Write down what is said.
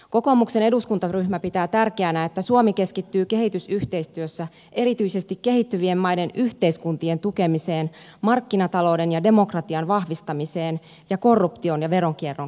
kokoomuksen eduskuntaryhmä pitää tärkeänä että suomi keskittyy kehitysyhteistyössä erityisesti kehittyvien maiden yhteiskuntien tukemiseen markkinatalouden ja demokratian vahvistamiseen ja korruption ja veronkierron kitkemiseen